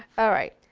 alright,